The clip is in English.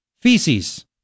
feces